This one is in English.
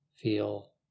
Feel